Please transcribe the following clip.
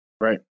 Right